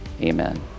Amen